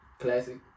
Classic